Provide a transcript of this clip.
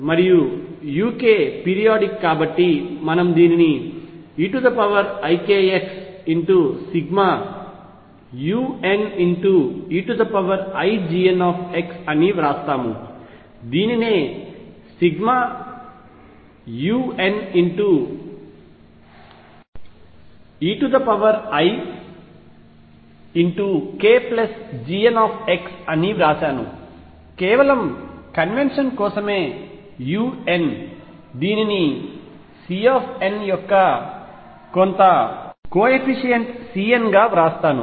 మరియు uk periodic కాబట్టి మనము దీనిని eikx∑un eiGnx అని వ్రాస్తాము దీనినే ∑un eikGnx అని వ్రాశాను కేవలం కన్వెన్షన్ కోసమే un దీనిని Cn యొక్క కొంత కోఎఫీషియంట్ Cn గా వ్రాస్తాను